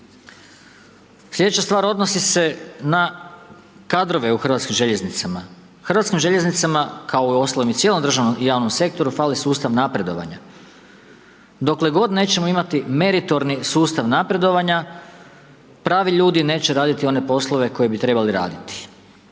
Sljedeća stvar odnosi se na kadrove u Hrvatskim željeznicama. Hrvatskim željeznicama, kao i uostalom i cijelom državnom javnom sektoru fali sustav napredovanja. Dokle god nećemo imati meritorni sustav napredovanja pravi ljudi neće raditi one raditi one poslove koje bi trebali raditi.